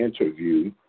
interview